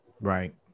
Right